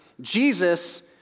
Jesus